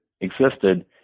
existed